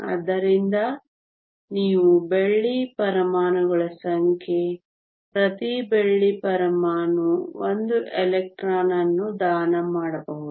ಆದ್ದರಿಂದ ಇವು ಬೆಳ್ಳಿ ಪರಮಾಣುಗಳ ಸಂಖ್ಯೆ ಪ್ರತಿ ಬೆಳ್ಳಿ ಪರಮಾಣು 1 ಎಲೆಕ್ಟ್ರಾನ್ ಅನ್ನು ದಾನ ಮಾಡಬಹುದು